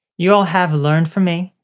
you all have learned from me,